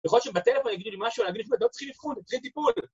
יכול להיות שבטלפון יגידו לי משהו, אני אגיד להם לא צריכים אבחון, צריכים טיפול.